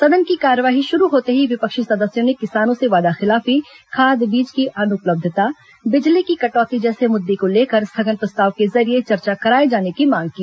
सदन की कार्यवाही शुरू होते ही विपक्षी सदस्यों ने किसानों से वादाखिलाफी खाद बीज की अन्पलब्धता बिजली की कटौती जैसे मुद्दे को लेकर स्थगन प्रस्ताव के जरिये चर्चा कराए जाने की मांग की